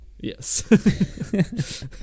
yes